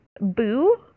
Boo